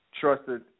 trusted